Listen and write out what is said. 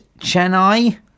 Chennai